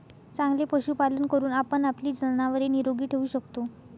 चांगले पशुपालन करून आपण आपली जनावरे निरोगी ठेवू शकतो